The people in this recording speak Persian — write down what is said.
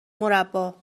مربّا